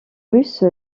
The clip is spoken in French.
russe